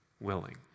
willing